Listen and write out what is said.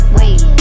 Wait